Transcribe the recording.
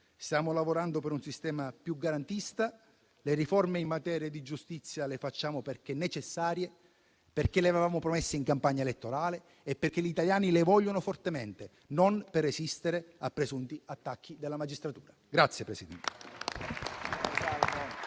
Stiamo lavorando per un sistema più garantista. Le riforme in materia di giustizia le facciamo perché necessarie, perché le avevamo promesse in campagna elettorale e perché gli italiani le vogliono fortemente, e non per resistere a presunti attacchi della magistratura.